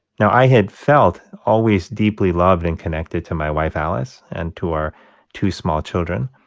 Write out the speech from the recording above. now, i had felt always deeply loved and connected to my wife alice and to our two small children.